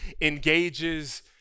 engages